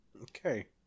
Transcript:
okay